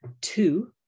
two